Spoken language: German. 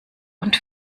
und